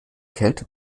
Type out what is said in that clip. kälte